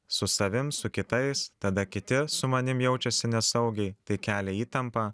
su savim su kitais tada kiti su manim jaučiasi nesaugiai tai kelia įtampą